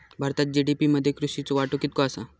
भारतात जी.डी.पी मध्ये कृषीचो वाटो कितको आसा?